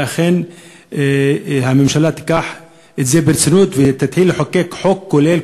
ואכן הממשלה תיקח את זה ברצינות ותתחיל לחוקק חוק כולל,